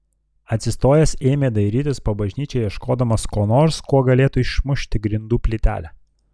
atsistojęs ėmė dairytis po bažnyčią ieškodamas ko nors kuo galėtų išmušti grindų plytelę